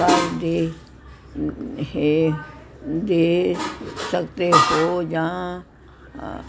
ਦੇ ਸਕਦੇ ਹੋ ਜਾਂ